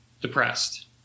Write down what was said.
depressed